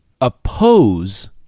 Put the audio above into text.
oppose